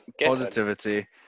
Positivity